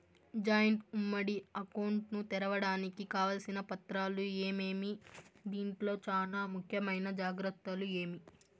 Joint ఉమ్మడి account ను తెరవడానికి కావాల్సిన పత్రాలు ఏమేమి? దీంట్లో చానా ముఖ్యమైన జాగ్రత్తలు ఏమి?